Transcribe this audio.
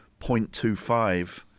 0.25